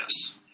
Yes